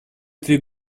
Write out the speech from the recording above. три